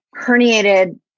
herniated